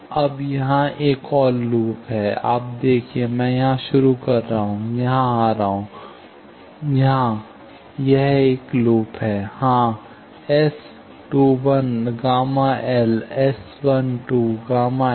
अब यहां एक और लूप है आप देखिए मैं यहां शुरू कर रहा हूं यहां आ रहा हूं यहाँ यह एक लूप है हां S2 1 Γ L S1 2 Γ s